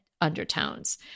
Undertones